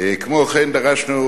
כמו כן דרשנו,